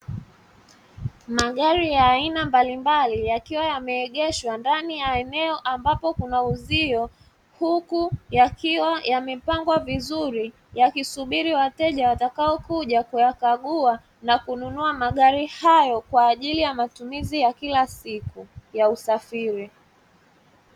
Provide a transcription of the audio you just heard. Magari ya aina mbalimbali yakiwa yaneegeshwa ndani ya eneo ambapo kuna uzio, huku yakiwa yamepangwa vizuri yakisubiri wateja watakaokuja kuyakagua na kununua magari hayo, kwa ajili ya matumizi ya kila siku ya usafiri.